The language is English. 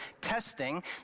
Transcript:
testing